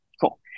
cool